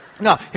No